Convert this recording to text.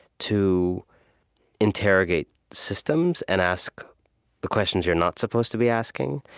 to interrogate systems and ask the questions you're not supposed to be asking,